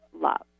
love